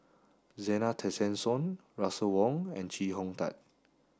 Zena Tessensohn Russel Wong and Chee Hong Tat